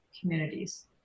communities